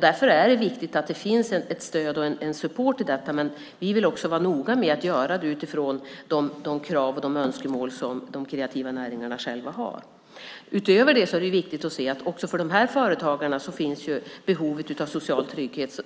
Därför är det viktigt att det finns stöd och support i detta. Vi vill också vara noga med att göra det utifrån de krav och önskemål som de kreativa näringarna själva har. Utöver detta är det viktigt att se att också dessa företagare har behov av social trygghet.